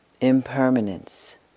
Impermanence